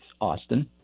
Austin